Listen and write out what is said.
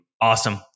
awesome